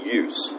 use